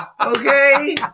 Okay